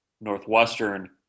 Northwestern